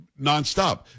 nonstop